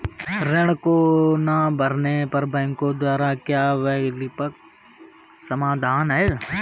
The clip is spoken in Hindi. ऋण को ना भरने पर बैंकों द्वारा क्या वैकल्पिक समाधान हैं?